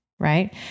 right